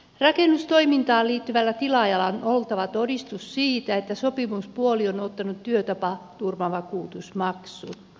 rakennustoimintaan liittyvällä tilaajalla on oltava todistus siitä että sopimuspuoli on ottanut työtapaturmavakuutusmaksun